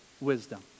wisdom